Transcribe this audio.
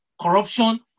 corruption